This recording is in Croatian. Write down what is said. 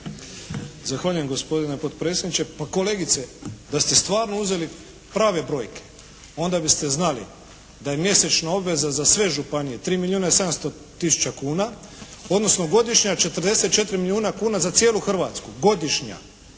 Zahvaljujem gospodine potpredsjedniče. Kolegice, da ste stvarno uzeli prave brojke onda biste znali da je mjesečna obveza za sve županije 3 milijuna i 700 000 kuna, odnosno godišnja 44 milijuna kuna za cijelu Hrvatsku godišnja.